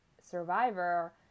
survivor